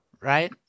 right